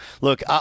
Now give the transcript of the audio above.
look